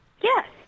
Yes